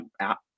app